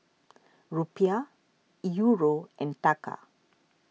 Rupiah Euro and Taka